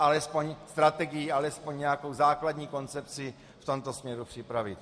Alespoň strategii, alespoň nějakou základní koncepci v tomto směru připravit.